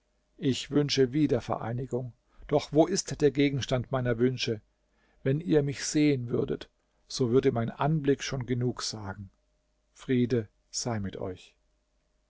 ich wünsche wiedervereinigung doch wo ist der gegenstand meiner wünsche wenn ihr mich sehen würdet so würde mein anblick schon genug sagen friede sei mit euch